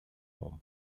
home